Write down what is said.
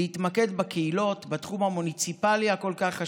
להתמקד בקהילות בתחום המוניציפלי החשוב כל כך,